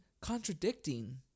contradicting